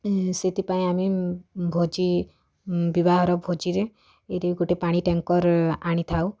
ସେଥିପାଇଁ ଆମେ ଭୋଜି ବିବାହର ଭୋଜିରେ ଗୋଟେ ପାଣି ଟ୍ୟାଙ୍କର୍ ଆଣିଥାଉ